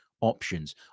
options